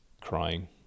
crying